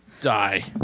die